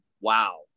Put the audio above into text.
wow